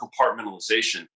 compartmentalization